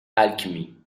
alchemy